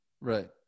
Right